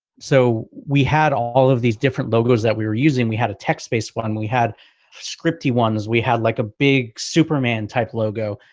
so we had all of these different logos that we were using, we had a text based one, we had scripty ones, we had like a big superman type logo.